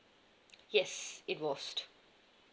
yes it was